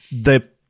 the-